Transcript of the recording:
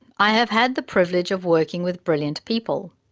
i have had the privilege of working with brilliant people.